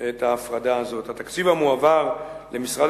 את ההפרדה הזאת: התקציב המועבר למשרד